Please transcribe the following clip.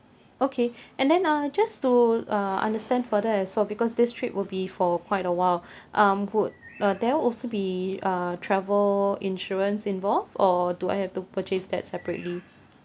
okay and then uh just to uh understand further as well because this trip would be for quite awhile um would uh there also be uh travel insurance involved or do I have to purchase that separately